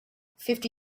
fifty